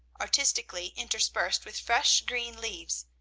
artistically interspersed with fresh green leaves,